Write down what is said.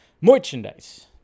merchandise